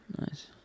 nice